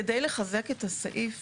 כדי לחזק את הסעיף